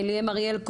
ליאם אריאל,